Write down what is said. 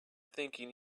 thinking